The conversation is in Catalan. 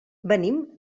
venim